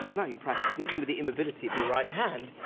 now, you've practiced. even with the inability of your right hand.